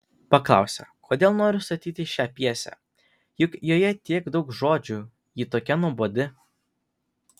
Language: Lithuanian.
paklausė kodėl noriu statyti šią pjesę juk joje tiek daug žodžių ji tokia nuobodi